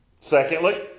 Secondly